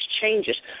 changes